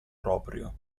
proprio